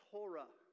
Torah